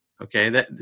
okay